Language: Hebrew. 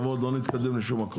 אדוני, אני אסביר.